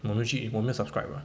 我没有去我没有 subscribe ah